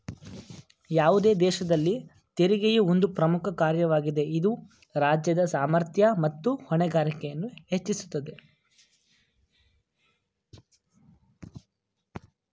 ಯಾವುದೇ ದೇಶದಲ್ಲಿ ತೆರಿಗೆಯು ಒಂದು ಪ್ರಮುಖ ಕಾರ್ಯವಾಗಿದೆ ಇದು ರಾಜ್ಯದ ಸಾಮರ್ಥ್ಯ ಮತ್ತು ಹೊಣೆಗಾರಿಕೆಯನ್ನು ಹೆಚ್ಚಿಸುತ್ತದೆ